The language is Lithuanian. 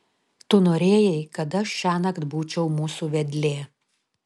tu norėjai kad aš šiąnakt būčiau mūsų vedlė